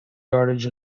yardage